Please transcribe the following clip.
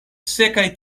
sekaj